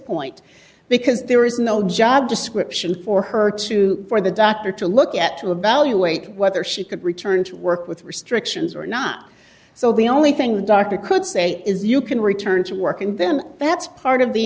point because there is no job description for her to for the doctor to look at to evaluate whether she could return to work with restrictions or not so the only thing the doctor could say is you can return to work and then that's part of the